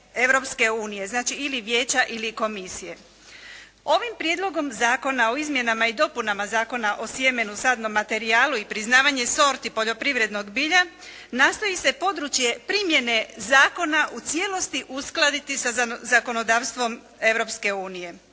Europske unije. Znači, ili vijeća ili komisije. Ovim Prijedlogom zakona o izmjenama i dopunama Zakona o sjemenu, sadnom materijalu i priznavanje sorti poljoprivrednog bilja nastoji se područje primjene zakona u cijelosti uskladiti sa zakonodavstvom Europske unije.